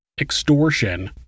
extortion